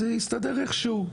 אז זה הסתדר איכשהו.